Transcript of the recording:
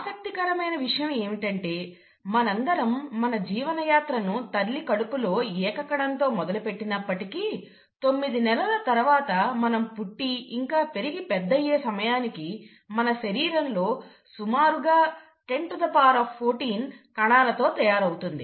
ఆసక్తికరమైన విషయం ఏమిటంటే మనందరం మన జీవన యాత్రను తల్లి కడుపులో ఏక కణంతో మొదలు పెట్టినప్పటికీ తొమ్మిది నెలల తరువాత మనం పుట్టి ఇంకా పెరిగి పెద్ద అయ్యే సమయానికి మన శరీరం సుమారుగా 1014 కణాలతో తయారు అవుతుంది